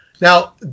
Now